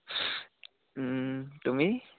তুমি